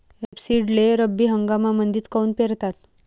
रेपसीडले रब्बी हंगामामंदीच काऊन पेरतात?